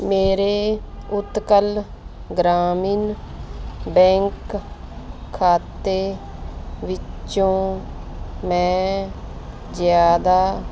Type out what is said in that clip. ਮੇਰੇ ਉਤਕਲ ਗ੍ਰਾਮੀਣ ਬੈਂਕ ਖਾਤੇ ਵਿੱਚੋਂ ਮੈਂ ਜ਼ਿਆਦਾ